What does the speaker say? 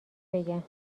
بگم